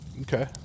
Okay